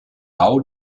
bau